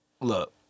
Look